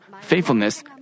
faithfulness